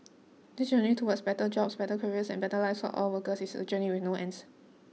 this journey towards better jobs better careers and better lives for all workers is a journey with no end